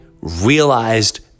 realized